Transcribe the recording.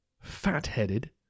fat-headed